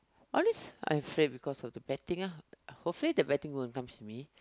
all this I'm afraid because of the bad thing ah hopefully the bad thing won't come to me